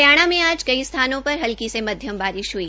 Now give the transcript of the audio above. हरियाणा में आज कई स्थानों पर हल्की से मध्यम बारिश हई